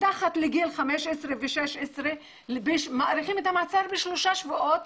מתחת לגיל 15 ו-16 ב-3 שבועות,